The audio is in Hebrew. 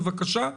בבקשה,